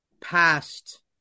past